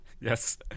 Yes